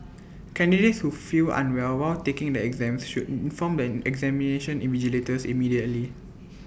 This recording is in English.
candidates who feel unwell while taking the exams should inform the examination invigilators immediately